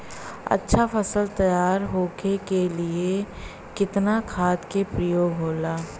अच्छा फसल तैयार होके के लिए कितना खाद के प्रयोग होला?